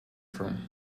from